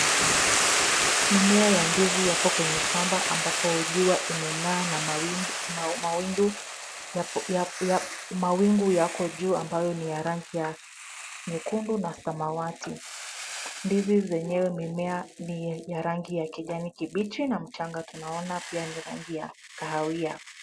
Mimea ya ndizi yapo kwenye shamba ambapo jua imeng'aa na mawingu yako juu ambayo ni ya rangi ya nyekundu na samawati. Ndizi zenyewe mimea ni ya rangi ya kijani kibichi na mchanga tunaona pia ni rangi ya kahawia.